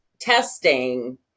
testing